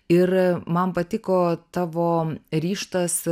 ir man patiko tavo ryžtas